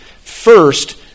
First